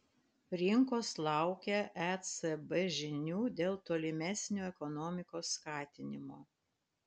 rinkos laukia ecb žinių dėl tolimesnio ekonomikos skatinimo